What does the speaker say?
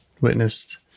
witnessed